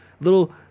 little